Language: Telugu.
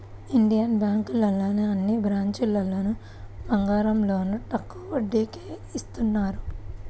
ఇండియన్ బ్యేంకులోని అన్ని బ్రాంచీల్లోనూ బంగారం లోన్లు తక్కువ వడ్డీకే ఇత్తన్నారు